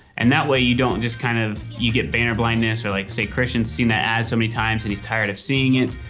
and that way you don't just kind of you get banner blindness or like, say, christian seen that ad so many times and he's tired of seeing it.